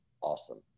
awesome